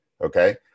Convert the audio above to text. Okay